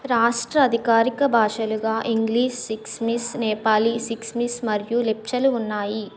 రాష్ట్ర అధికారిక భాషలుగా ఇంగ్లిష్ సిక్సమిస్ నేపాలీ సిక్సమిస్ మరియు లెప్చలు ఉన్నాయి